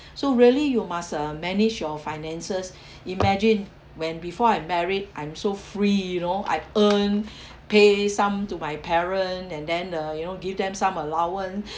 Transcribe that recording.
so really you must uh manage your finances imagine when before I married I'm so free you know I earn pay some to my parent and then the you know give them some allowance